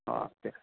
okay